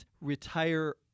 retire